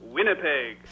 Winnipeg